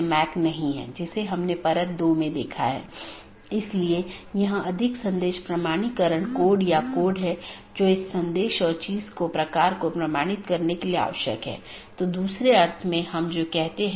और अगर आप फिर से याद करें कि हमने ऑटॉनमस सिस्टम फिर से अलग अलग क्षेत्र में विभाजित है तो उन क्षेत्रों में से एक क्षेत्र या क्षेत्र 0 बैकबोन क्षेत्र है